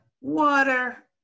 water